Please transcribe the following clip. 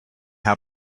how